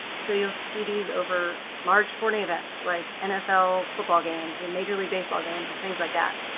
so you'll see these over large sporting events like nfl football games and major league baseball games and things like that.